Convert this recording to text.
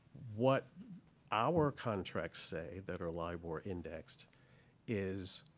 what our contracts say that are libor indexed is,